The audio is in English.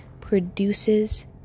produces